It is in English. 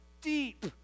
deep